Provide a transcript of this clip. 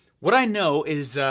what i know is,